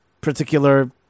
particular